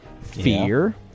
fear